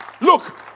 look